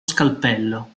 scalpello